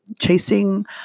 chasing